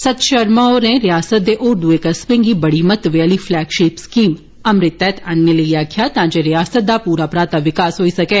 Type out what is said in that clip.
संत शर्मा होरें रियासत दे होर दुए कस्बें गी बड़ी महत्वै आह्ली फ्लैगशिप स्कमी अमृत तैहत आनने लेई आक्खेआ तां जे रियासत दा पूरा पराता विकास होई सकैं